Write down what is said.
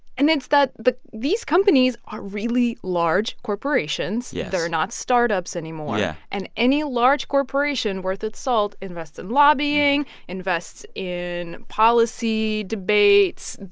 and it's that these companies are really large corporations yes they're not startups anymore yeah and any large corporation worth its salt invests in lobbying, invests in policy debates,